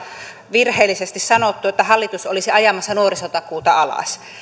virheellisesti sanottu että hallitus olisi ajamassa nuorisotakuuta alas